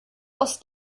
aus